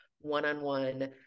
one-on-one